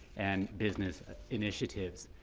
and business initiatives.